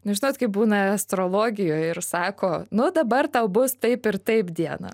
nu žinot kaip būna astrologijoj ir sako nu dabar tau bus taip ir taip dieną